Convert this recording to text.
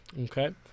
Okay